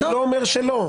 אני לא אומר שלא,